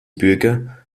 bürger